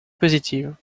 positive